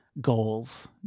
goals